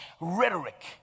rhetoric